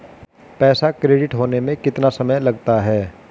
पैसा क्रेडिट होने में कितना समय लगता है?